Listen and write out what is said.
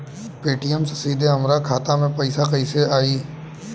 Paytm से सीधे हमरा खाता मे पईसा कइसे आई?